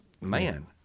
man